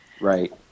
Right